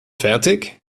fertig